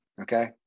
Okay